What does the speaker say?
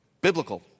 biblical